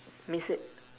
miss it